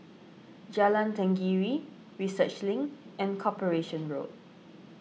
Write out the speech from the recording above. Jalan Tenggiri Research Link and Corporation Road